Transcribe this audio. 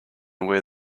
where